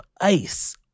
ice